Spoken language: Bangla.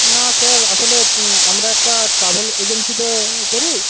না স্যার আসলে আমরা একটা ট্রাভেল এজেন্সি তো করি